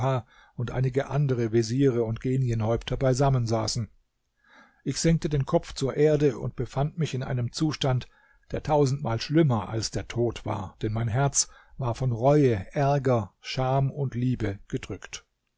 und einige andere veziere und genienhäupter beisammen saßen ich senkte den kopf zur erde und befand mich in einem zustand der tausendmal schlimmer als der tod war denn mein herz war von reue ärger scham und liebe gedrückt